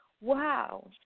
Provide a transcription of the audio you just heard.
Wow